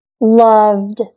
loved